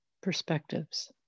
perspectives